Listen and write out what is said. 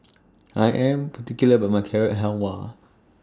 I Am particular about My Carrot Halwa